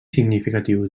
significatiu